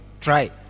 Try